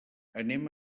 anem